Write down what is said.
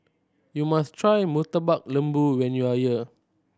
you must try Murtabak Lembu when you are here